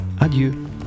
adieu